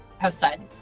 outside